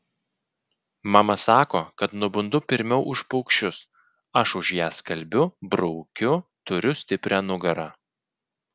mama sako kad nubundu pirmiau už paukščius aš už ją skalbiu braukiu turiu stiprią nugarą